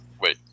Wait